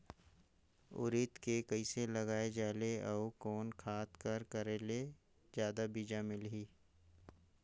उरीद के कइसे लगाय जाले अउ कोन खाद कर करेले जादा बीजा मिलही?